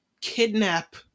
kidnap